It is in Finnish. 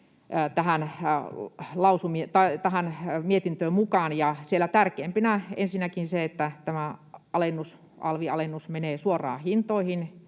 tähän mietintöön mukaan. Siellä tärkeimpinä ensinnäkin se, että tämä alvialennus menee suoraan hintoihin.